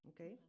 Okay